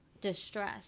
distress